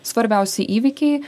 svarbiausi įvykiai